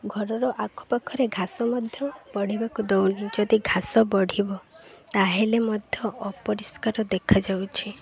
ଘରର ଆଖପାଖରେ ଘାସ ମଧ୍ୟ ବଢ଼ିବାକୁ ଦେଉନି ଯଦି ଘାସ ବଢ଼ିବ ତାହେଲେ ମଧ୍ୟ ଅପରିଷ୍କାର ଦେଖାଯାଉଛି